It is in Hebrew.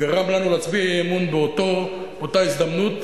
גרמו לנו להצביע אי-אמון באותה הזדמנות.